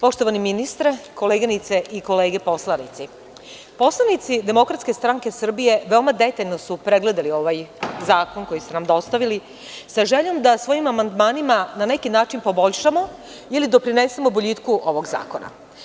Poštovani ministre, koleginice i kolege poslanici, poslanici DSS veoma detaljno su pregledali ovaj zakon, koji ste nam dostavili, sa željom da svojim amandmanima, na neki način, poboljšamo ili da prinesemo boljitku ovog zakona.